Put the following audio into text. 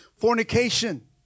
fornication